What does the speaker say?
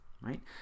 right